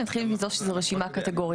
אני אתחיל מזה שזו רשימה קטגורית.